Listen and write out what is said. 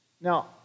Now